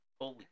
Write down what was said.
holy